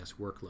workload